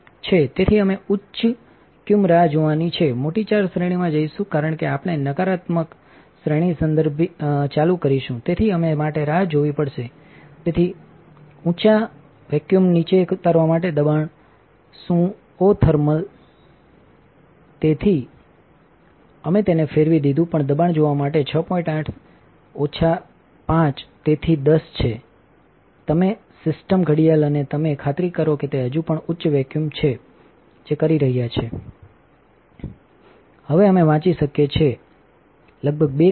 તેથી અમે ઉચ્ચવ vacકનીરાહ જોવાની છે મોટી ચાર શ્રેણીમાં જઈશું કારણ કે આપણે નકારાત્મક